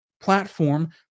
platform